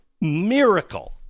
miracle